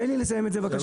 תן לי לסיים את זה בבקשה.